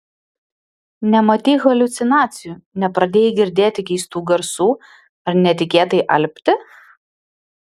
nematei haliucinacijų nepradėjai girdėti keistų garsų ar netikėtai alpti